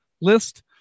list